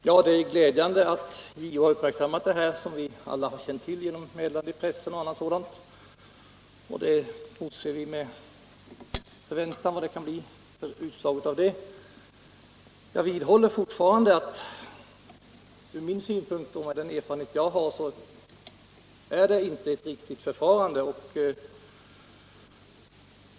Herr talman! Det är glädjande att JO har uppmärksammat det här, som vi alla känt till genom meddelanden bl.a. i pressen. Vi motser med förväntan det utslag som där kan komma. Jag vidhåller fortfarande att ur min synpunkt och med den erfarenhet jag har är det icke ett riktigt förfarande.